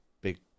big